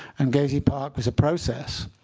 and gezi park was a process.